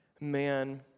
man